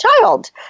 child